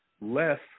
less